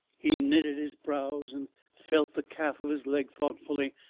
he knitted his brows and felt the calf of his leg thoughtfully.